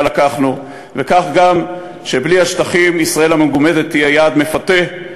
לקחנו"; וכך גם שבלי השטחים ישראל המגומדת תהיה יעד מפתה,